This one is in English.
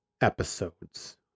episodes